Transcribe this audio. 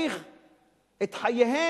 זה ימוטט את כלכלת